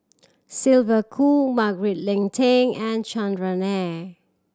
Sylvia Kho Margaret Leng Tan and Chandran Nair